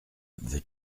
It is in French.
veux